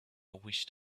wished